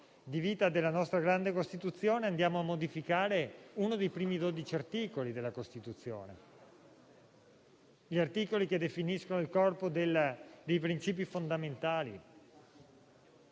di vita della nostra grande Costituzione, andiamo a modificare uno dei primi dodici articoli della Costituzione, gli articoli che definiscono il corpo dei principi fondamentali.